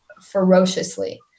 ferociously